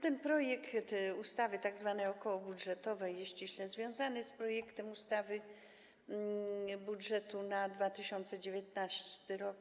Ten projekt ustawy tzw. okołobudżetowej jest ściśle związany z projektem ustawy budżetowej na 2019 r.